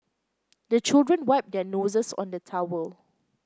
the children wipe their noses on the towel